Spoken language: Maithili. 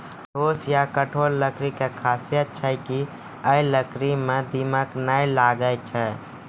ठोस या कठोर लकड़ी के खासियत छै कि है लकड़ी मॅ दीमक नाय लागैय छै